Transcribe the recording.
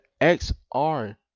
XR